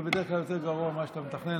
ובדרך כלל זה יותר גרוע ממה שאתה מתכנן,